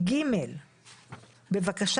עבודה בעיניים בהיבט הזה שאין מועד,